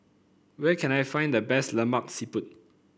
where can I find the best Lemak Siput